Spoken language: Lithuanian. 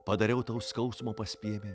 padariau tau skausmo pas piemenį